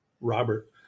Robert